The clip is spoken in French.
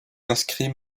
inscrit